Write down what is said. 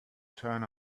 turn